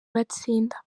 batsinda